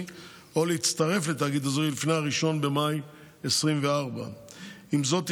או להצטרף לתאגיד אזורי לפני 1 במאי 2024. עם זאת,